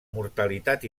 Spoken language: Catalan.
mortalitat